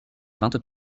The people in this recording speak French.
vingt